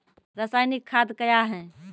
रसायनिक खाद कया हैं?